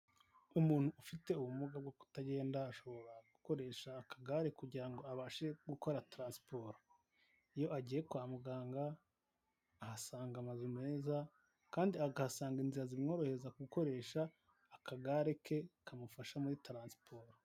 Umuntu ufite ubumuga bwo kutagenda ashobora gukoresha akagare kugira ngo abashe gukora taransiporo, iyo agiye kwa muganga ahasanga amazu meza kandi akahasanga inzira zimworohereza gukoresha akagare ke kamufasha muri taransiporo.